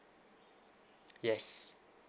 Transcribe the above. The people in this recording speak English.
yes